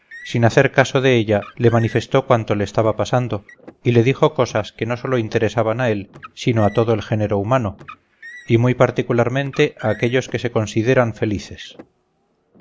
sin hacer caso de ella le manifestó cuanto le estaba pasando y le dijo cosas que no sólo interesaban a él sino a todo el género humano y muy particularmente a aquellos que se consideran felices